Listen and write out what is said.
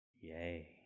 Yay